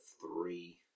three